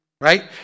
right